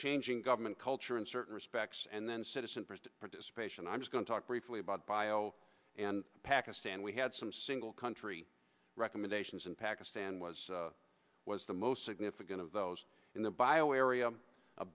changing government culture in certain respects and then citizen first participation i was going to talk briefly about bio and pakistan we had some single country recommendations in pakistan was was the most significant of those in the bio area a